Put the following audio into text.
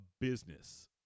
business